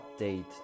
update